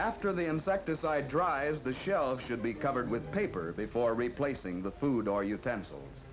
after the insecticide dries the shelves should be covered with paper before replacing the food or